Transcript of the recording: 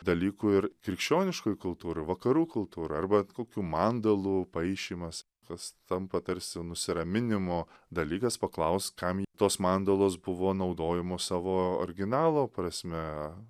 dalykų ir krikščioniškoj kultūroj vakarų kultūra arba kokių mandalų paišymas kas tampa tarsi nusiraminimo dalykas paklausk kam tos mandalos buvo naudojamos savo originalo prasme